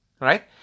right